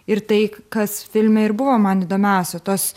ir tai kas filme ir buvo man įdomiausia tos